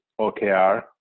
OKR